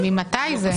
ההסתייגות נפלה.